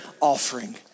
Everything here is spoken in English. offering